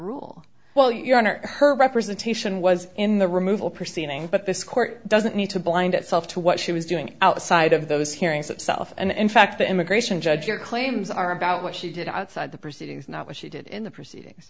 rule well your honor her representation was in the removal proceedings but this court doesn't need to blind itself to what she was doing outside of those hearings itself and in fact the immigration judge your claims are about what she did outside the proceedings not what she did in the proceedings